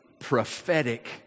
prophetic